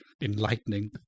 enlightening